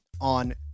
on